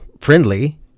friendly